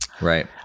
Right